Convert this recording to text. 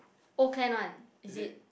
old kent one is it